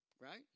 Right